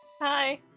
Hi